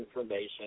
information